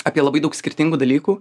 apie labai daug skirtingų dalykų